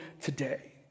today